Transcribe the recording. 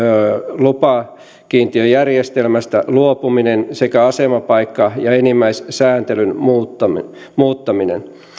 lupakiintiöjärjestelmästä luopuminen sekä asemapaikka ja enimmäissääntelyn muuttaminen muuttaminen